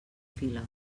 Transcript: fila